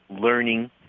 learning